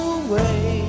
away